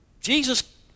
Jesus